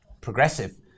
progressive